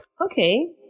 okay